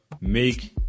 make